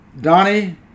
Donnie